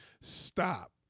stop